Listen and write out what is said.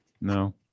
No